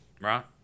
Right